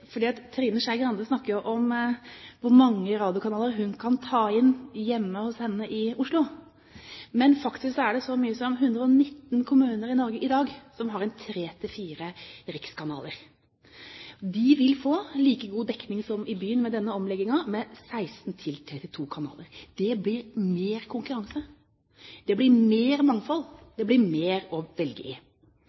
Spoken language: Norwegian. Trine Skei Grande snakker om hvor mange radiokanaler hun kan ta inn hjemme hos seg i Oslo. Faktisk er det så mye som 119 kommuner i Norge i dag som har tre–fire rikskanaler. De vil med denne omleggingen få like god dekning som i byen, med 16–32 kanaler. Det blir mer konkurranse, det blir mer mangfold, det blir mer å velge i.